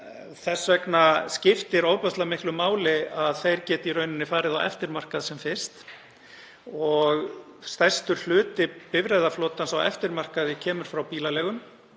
Þess vegna skiptir ofboðslega miklu máli að þeir geti farið á eftirmarkað sem fyrst. Stærstur hluti bifreiðaflotans á eftirmarkaði kemur frá bílaleigum,